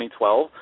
2012